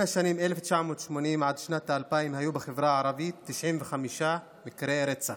משנת 1980 עד שנת 2000 היו בחברה הערבית 95 מקרי רצח,